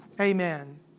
Amen